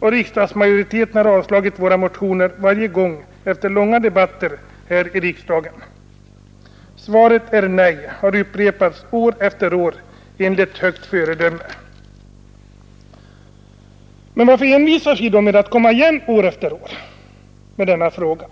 och riksdagsmajoriteten har avslagit våra motioner varje gång efter långa debatter. ”Svaret är nej” har upprepats år efter år enligt högt föredöme. Men varför envisas vi då med att komma igen år efter år med denna fråga?